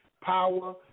power